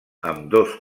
ambdós